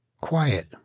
Quiet